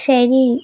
ശരി